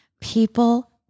people